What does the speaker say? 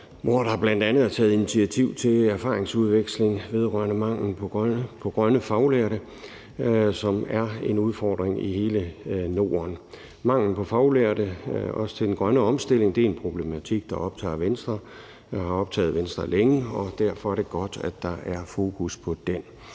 hvor der bl.a. er taget initiativ til erfaringsudveksling vedrørende manglen på grønne faglærte, som er en udfordring i hele Norden. Manglen på faglærte, også til den grønne omstilling, er en problematik, der optager Venstre og har optaget Venstre længe, og derfor er det godt, at der er fokus på den.